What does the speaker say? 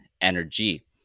energy